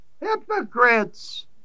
Hypocrites